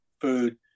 food